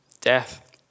death